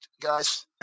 guys